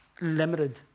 limited